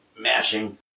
mashing